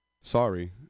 Sorry